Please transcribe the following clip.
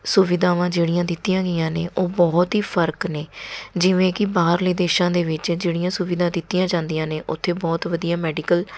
ਸੁਵਿਧਾਵਾਂ ਜਿਹੜੀਆਂ ਦਿੱਤੀਆਂ ਗਈਆਂ ਨੇ ਉਹ ਬਹੁਤ ਹੀ ਫਰਕ ਨੇ ਜਿਵੇਂ ਕਿ ਬਾਹਰਲੇ ਦੇਸ਼ਾਂ ਦੇ ਵਿੱਚ ਜਿਹੜੀਆਂ ਸੁਵਿਧਾ ਦਿੱਤੀਆਂ ਜਾਂਦੀਆਂ ਨੇ ਉੱਥੇ ਬਹੁਤ ਵਧੀਆ ਮੈਡੀਕਲ